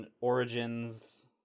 Origins